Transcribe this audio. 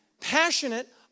passionate